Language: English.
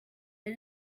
but